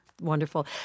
wonderful